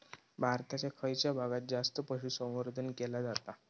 भारताच्या खयच्या भागात जास्त पशुसंवर्धन केला जाता?